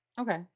Okay